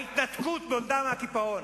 ההתנתקות נולדה מהקיפאון,